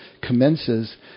commences